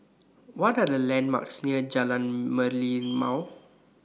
What Are The landmarks near Jalan Merlimau